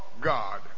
God